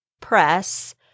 Press